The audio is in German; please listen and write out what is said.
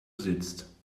sitzt